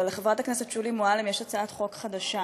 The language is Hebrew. אבל לחברת הכנסת שולי מועלם יש הצעת חוק חדשה,